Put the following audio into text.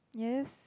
yes